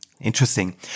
Interesting